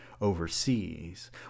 overseas